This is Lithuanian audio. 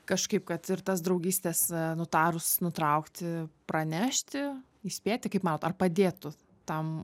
kažkaip kad ir tas draugystes nutarus nutraukti pranešti įspėti kaip manot ar padėtų tam